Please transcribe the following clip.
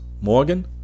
Morgan